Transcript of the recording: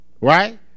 Right